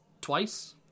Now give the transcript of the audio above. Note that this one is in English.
twice